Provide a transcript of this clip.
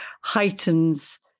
heightens